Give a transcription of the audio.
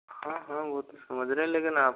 हाँ हाँ वो तो समझ रहें लेकिन आपको